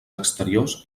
exteriors